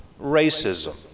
racism